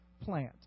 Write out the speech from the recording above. plant